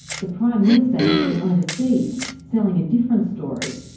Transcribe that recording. the prime minister has been overseas, selling a different story.